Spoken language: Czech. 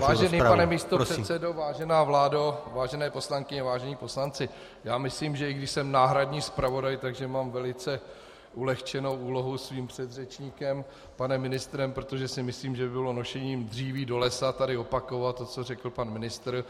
Vážený pane místopředsedo, vážená vládo, vážené poslankyně, vážení poslanci, já myslím, že i když jsem náhradní zpravodaj, tak že mám velice ulehčenou úlohu svým předřečníkem, panem ministrem, protože si myslím by bylo nošením dříví do lesa tady opakovat to, co řekl pan ministr.